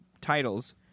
titles